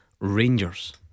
Rangers